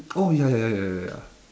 oh ya ya ya ya ya ya ya